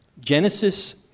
Genesis